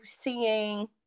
seeing